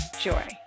joy